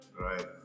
Right